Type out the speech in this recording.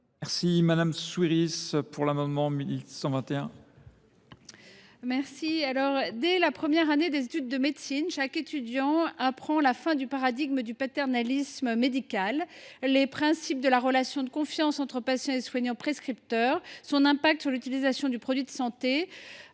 Souyris, pour présenter l’amendement n° 1121. Dès la première année des études de médecine, chaque étudiant apprend la fin du paradigme du paternalisme médical, les principes de la relation de confiance entre patient et soignant prescripteur, son impact sur l’utilisation du produit de santé